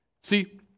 See